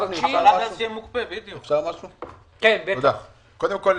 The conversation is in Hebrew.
קודם כל,